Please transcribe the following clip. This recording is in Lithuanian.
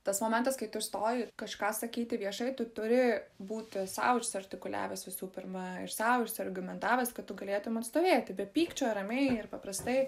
tas momentas kai tu stoji kažką sakyti viešai tu turi būti sau išsiartikuliavęs visų pirma sau ir argumentavęs kad tu galėtum stovėti be pykčio ramiai ir paprastai